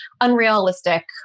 unrealistic